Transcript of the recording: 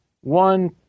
one